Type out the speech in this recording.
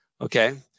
Okay